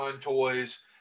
Toys